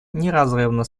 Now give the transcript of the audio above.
неразрывно